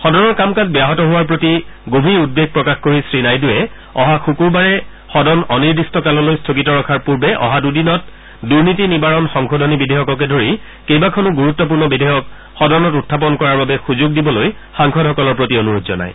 সদনৰ কাম কাজ ব্যাহত হোৱাৰ প্ৰতি গভীৰ উদ্বেগ প্ৰকাশ কৰি শ্ৰীনাইডুৱে অহা শুকুৰবাৱে সদন অনিৰ্দিষ্ট কাললৈ স্থগিত ৰখাৰ পূৰ্বে অহা দুদিনত দুনীতি নিবাৰণ সংশোধনী বিধেয়ককে ধৰি কেইবাখনো গুৰুত্পূৰ্ণ বিধেয়ক সদনত উত্থাপন কৰাৰ বাবে সুষোগ দিবলৈ সাংসদসকলৰ প্ৰতি অনুৰোধ জনায়